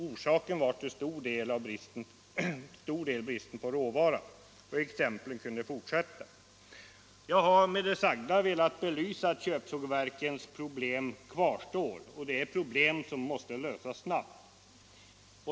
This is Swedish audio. Orsaken var till stor del bristen på råvara. Exemplen kunde fortsätta. Jag har med det sagda velat belysa att köpsågverkens problem kvarstår, och det är problem som måste lösas snabbt.